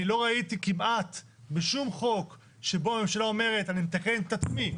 אני לא ראיתי כמעט בשום חוק שבו הממשלה אומרת אני מתקנת את עצמי,